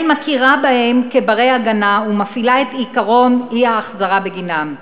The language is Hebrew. מכירה בהם כבני-הגנה ומפעילה את עקרון האי-החזרה בגינם.